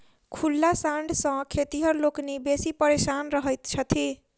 खुल्ला साँढ़ सॅ खेतिहर लोकनि बेसी परेशान रहैत छथि